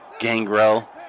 Gangrel